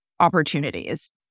opportunities